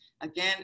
again